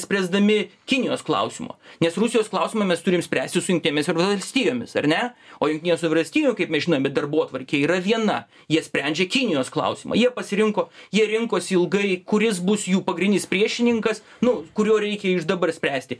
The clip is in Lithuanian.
nespręsdami kinijos klausimo nes rusijos klausimą mes turim spręsti su jungtinėmis valstijomis ar ne o jungtinėse valstijų kaip mes žinome darbotvarkė yra viena jie sprendžia kinijos klausimą jie pasirinko jie rinkosi ilgai kuris bus jų pagrindinis priešininkas nu kurio reikia iš dabar spręsti